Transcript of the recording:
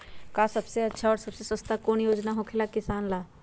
आ सबसे अच्छा और सबसे सस्ता कौन योजना होखेला किसान ला?